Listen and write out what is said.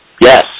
Yes